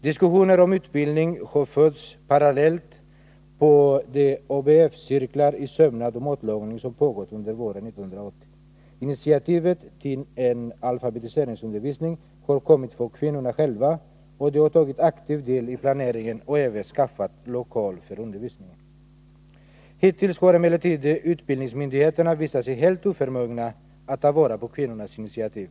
Diskussioner om utbildning har förts parallellt på de ABF-cirklar i sömnad och matlagning som pågått under våren 1980. Initiativet till en alfabetiseringsundervisning har kommit från kvinnorna själva, och de har tagit aktiv del i planeringen och även skaffat lokal för undervisningen. Hittills har emellertid utbildningsmyndigheterna visat sig helt oförmögna att ta vara på kvinnornas initiativ.